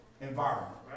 environment